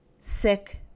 sick